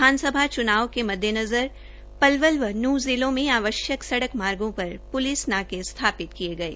विधानसभा चुनाव के मद्देनज़र पलवल व नूंह जिलों में आवश्यक सड़क मार्गो पर प्लिस नाके स्थापित किये गये